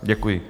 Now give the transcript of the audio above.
Děkuji.